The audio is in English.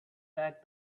tack